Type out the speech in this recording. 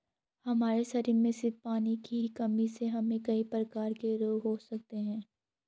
हमारे शरीर में सिर्फ पानी की ही कमी से हमे कई प्रकार के रोग हो सकते है